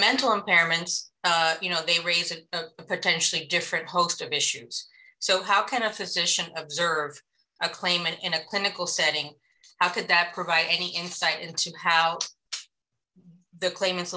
mental impairment you know they raise a potentially different host of issues so how can a physician observe a claimant in a clinical setting how did that provide any insight into how the claimant